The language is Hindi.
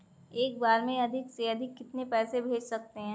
एक बार में अधिक से अधिक कितने पैसे भेज सकते हैं?